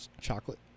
chocolate